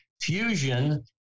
Fusion